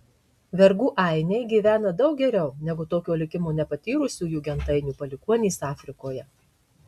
vergų ainiai gyvena daug geriau negu tokio likimo nepatyrusiųjų gentainių palikuonys afrikoje